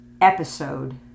episode